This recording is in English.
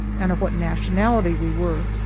and of what nationality we were.